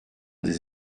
des